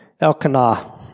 Elkanah